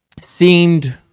seemed